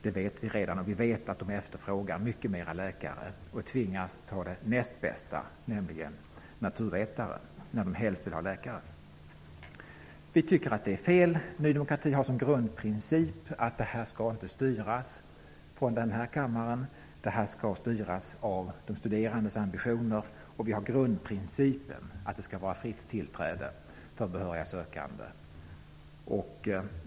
Vi vet redan att de efterfrågar många fler läkare och tvingas ta det näst bästa, nämligen naturvetare, när de helst vill ha läkare. Vi tycker att det är fel. Ny demokrati har som grundprincip att detta inte skall styras från denna kammare. Det skall styras av de studerandes ambitioner. Vi har grundprincipen att det skall vara fritt tillträde för behöriga sökande.